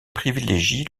privilégie